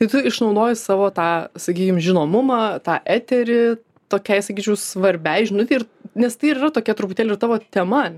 tai tu išnaudoji savo tą sakykim žinomumą tą eterį tokiai sakyčiau svarbiai žinutei ir nes tai ir yra tokia truputėlį tavo tema